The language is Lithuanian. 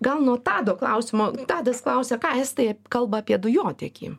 gal nuo tado klausimo tadas klausia ką estai kalba apie dujotiekį